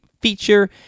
feature